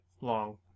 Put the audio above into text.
long